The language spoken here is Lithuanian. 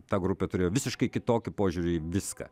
ta grupė turėjo visiškai kitokį požiūrį į viską